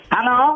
Hello